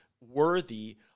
worthy